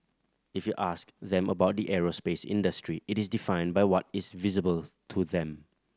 if you ask them about the aerospace industry it is defined by what is visible to them